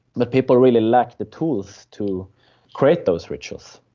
but people really lack the tools to create those rituals,